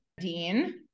Dean